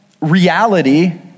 reality